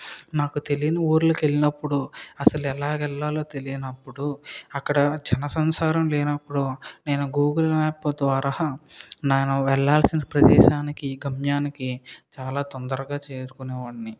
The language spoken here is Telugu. నాకు తెలియని ఊర్లకు వెళ్ళినపుడు అసలు ఎలాగా వెళ్లాలో తెలియనప్పుడు అక్కడ జన సంచారం లేనపుడు నేను గూగుల్ మ్యాప్ ద్వారా నేను వెళ్లాల్సిన ప్రదేశానికి గమ్యానికి చాలా తొందరగా చేరుకునేవాడిని